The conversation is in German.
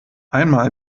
einmal